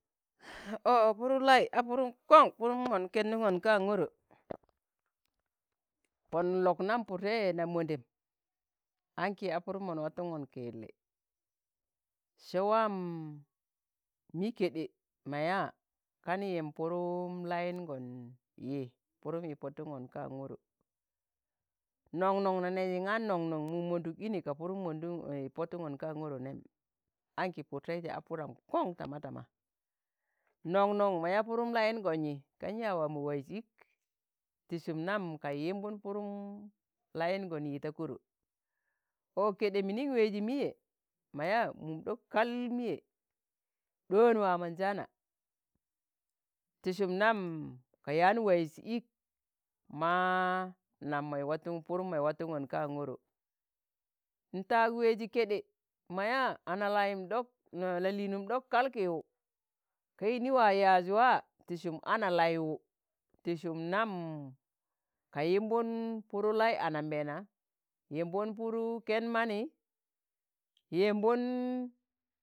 ọ Pụrụ lai a Pụrụm Kọṇ, a Pụrụm mọn Kẹndụṇgọn kaan gọrọ. Pọn nlọk nam Pụrte na mondem, aṇki a Pụrụm mọn watuṇgọn ki yilli, Sẹ waam mi keɗe ma ya kan yimb Pụrụm layiṇgọn yi Purum yi Pọtụṇgọn kaan gọrọ, noṇ noṇ na nẹjị ng̣a noṇ noṇ mum monduk ini ga Pụrụm monduṇ i Pọtuṇọn kaa ngoro nẹm, aṇki Pụr tẹijẹ a Puram kọṇ tama tama, noṇ-noṇ ma yaa Pụrụm layiṇgọn yi, kan yaa waa mọ waiz ik, ti sụm nam ka yi yimbụn Pụrụm layiṇgọn yi ta koro, ọ kẹɗẹ minin wẹjị mịyẹ mọ yaa, mum ɗọk kal miye ɗọọn waamọnjaana, ti sum nam ka yaan waiz ik ma, nam mọị watụṇ Pụrụm mai watụṇgọn kan goro, ntaag weji keɗe ma yaa analayim ɗọk la'liinụm ɗok kal kiwụ, ka yini waa yaaz waa ti sum ana laiwụ ti sụm nam ka yimbụn Pụrụ lai anambẹẹna, yimbụn Pụrụ kẹn mani, yimbụn,